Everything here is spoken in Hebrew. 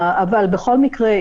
אבל בכל מקרה,